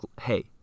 hey